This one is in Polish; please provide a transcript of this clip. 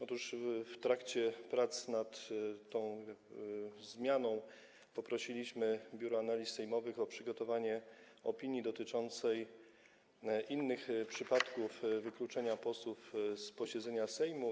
Otóż w trakcie prac nad tą zmianą poprosiliśmy Biuro Analiz Sejmowych o przygotowanie opinii dotyczącej innych przypadków wykluczenia posłów z posiedzenia Sejmu.